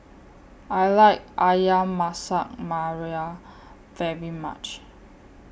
I like Ayam Masak Merah very much